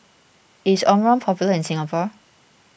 is Omron popular in Singapore